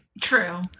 True